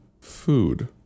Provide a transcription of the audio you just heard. food